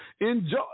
enjoy